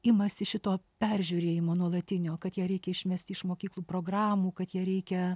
imasi šito peržiūrėjimo nuolatinio kad ją reikia išmest iš mokyklų programų kad ją reikia